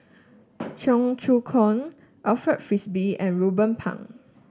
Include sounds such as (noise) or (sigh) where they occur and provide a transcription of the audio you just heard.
(noise) Cheong Choong Kong Alfred Frisby and Ruben Pang